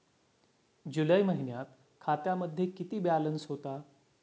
जुलै महिन्यात खात्यामध्ये किती बॅलन्स होता?